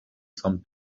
some